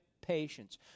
patience